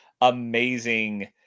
amazing